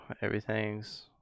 Everything's